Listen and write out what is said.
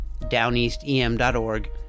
DownEastEM.org